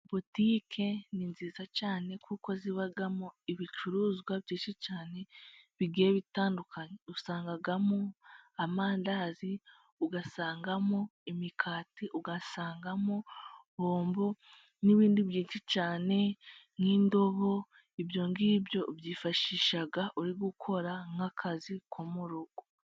Butike ni nziza cyane kuko zibamo ibicuruzwa byinshi cyane bigiye bitandukanye usangamo amandazi, ugasangamo imikati, ugasangamo bombo n'ibindi byinshi cyane nk'indobo. Ibyo ngibyo ubyifashisha uri gukora nk'akazi ko mu rugo.